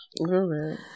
right